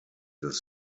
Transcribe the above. this